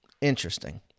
Interesting